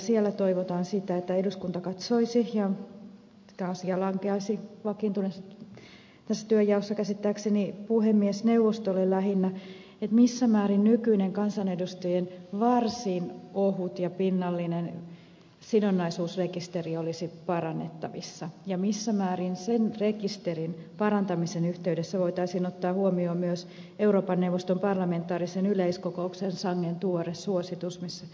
siellä toivotaan sitä että eduskunta katsoisi ja tämä asia lankeaisi tässä työnjaossa käsittääkseni lähinnä puhemiesneuvostolle missä määrin nykyinen kansanedustajien varsin ohut ja pinnallinen sidonnaisuusrekisteri olisi parannettavissa ja missä määrin sen rekisterin parantamisen yh teydessä voitaisiin ottaa huomioon myös euroopan neuvoston parlamentaarisen yleiskokouksen sangen tuore suositus